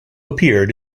appeared